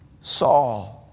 Saul